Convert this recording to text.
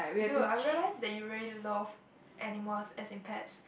dude I realise that you really love animals as in pets